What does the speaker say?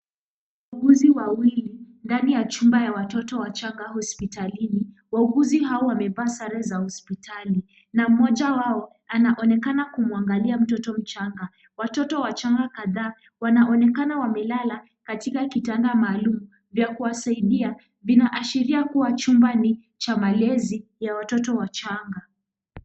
Wahuguzi wawili ndani ya chumba cha watoto wachanga hospitalini, wahuguzi hawa wamevaa sare za hospitali na mmoja wao anaonekana kumwangalia mtoto mchanga. Watoto wachanga kadhaa wanaonekana wamelala katika kitanda maalum vya kuwasaidia vinaashiria kuwa chumba ni cha malezi ya watoto wachanga.